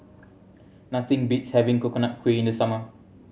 nothing beats having Coconut Kuih in the summer